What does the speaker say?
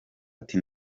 ati